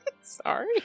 Sorry